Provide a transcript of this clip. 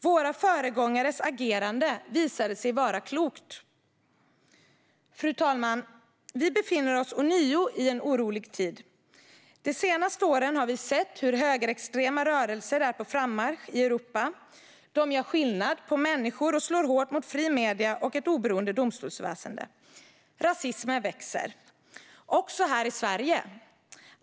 Våra föregångares agerande visade sig vara klokt. Fru talman! Vi befinner oss ånyo i en orolig tid. De senaste åren har vi sett hur högerextrema rörelser är på frammarsch i Europa. De gör skillnad på människor och slår hårt mot fria medier och ett oberoende domstolsväsen. Rasismen växer, också här i Sverige.